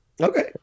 okay